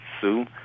Sue